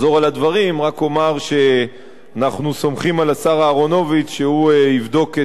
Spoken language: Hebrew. רק אומר שאנחנו סומכים על השר אהרונוביץ שהוא יבדוק את הטענות,